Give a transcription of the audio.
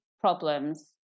problems